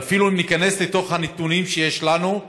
ואפילו ניכנס לתוך הנתונים שיש לנו,